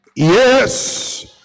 Yes